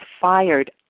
fired